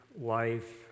life